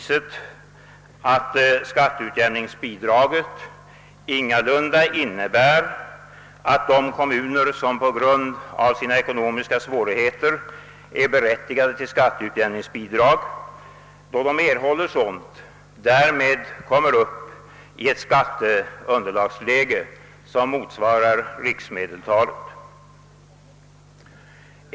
Skatteutjämningsbidraget innebär nämligen ingalunda att de kommuner, som på grund av sina ekonomiska svårigheter är berättigade till sådant i och med att de erhåller detta, kommer upp i ett skatteunderlagsläge som motsvarar riksmedeltalet.